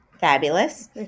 Fabulous